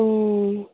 ꯑꯣ